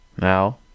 Now